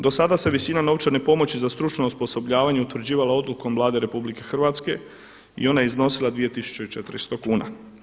Do sada se visina novčane pomoći za stručno osposobljavanje utvrđivala odlukom Vlade RH i ona je iznosila 2.400 kuna.